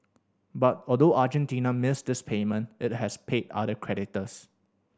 but although Argentina missed this payment it has paid other creditors